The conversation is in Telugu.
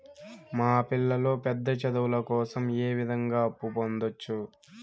మా పిల్లలు పెద్ద చదువులు కోసం ఏ విధంగా అప్పు పొందొచ్చు?